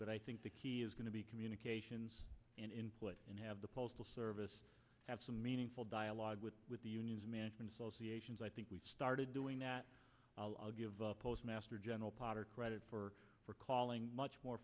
but i think the key is going to be communications and input and have the postal service have some meaningful dialogue with the unions management associations i think we started doing that i'll give the postmaster general potter credit for for calling much more